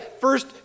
First